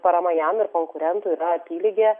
parama jam ir konkurentų yra apylygė